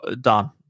done